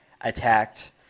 attacked